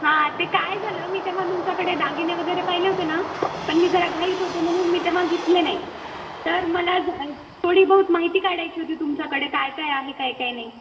हां ते काय झालं मी तेव्हा तुमच्याकडे दागिने वगैरे पाहिले होते ना पण मी जर घाईत होते म्हणून मी तेव्हा घेतले नाही तर मला जर थोडी बहुत माहिती काढायची होती तुमच्याकडे काय काय आहे काय काय नाही